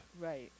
right